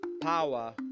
power